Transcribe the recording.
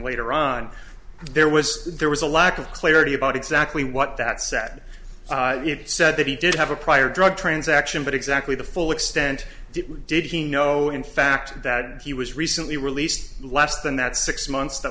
later on there was there was a lack of clarity about exactly what that set said that he did have a prior drug transaction but exactly the full extent did he know in fact that he was recently released less than that six months that